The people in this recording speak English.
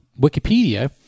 Wikipedia